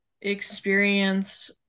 experience